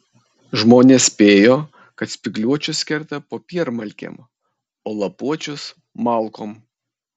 žmonės spėjo kad spygliuočius kerta popiermalkėm o lapuočius malkom